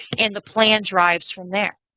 and the plan derives from that.